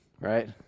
Right